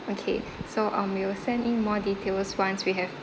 okay so um we will send in more details once we have